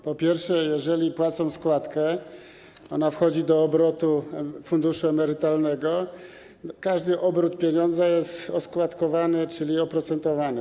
Po pierwsze, jeżeli płacą składkę, ona wchodzi do obrotu funduszu emerytalnego, a każdy obrót pieniądza jest oskładkowany, czyli oprocentowany.